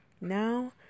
Now